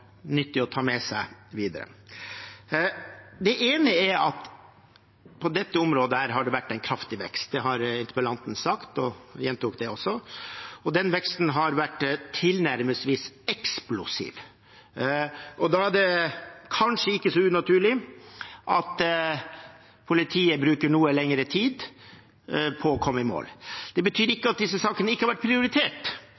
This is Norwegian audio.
det vært en kraftig vekst. Det har interpellanten sagt, og han gjentok det også. Den veksten har vært tilnærmelsesvis eksplosiv. Da er det kanskje ikke så unaturlig at politiet bruker noe lengre tid på å komme i mål. Det betyr